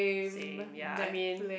same ya I mean